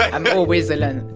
i'm always alone.